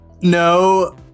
No